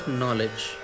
knowledge